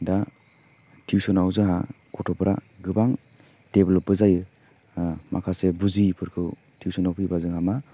दा टिउसनाव जोंहा गथ'फोरा गोबां देभ्लपबो जायो माखासे बुजियैफोरखौ टिउसनाव फैबा जोंहा मा